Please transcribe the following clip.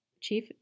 Chief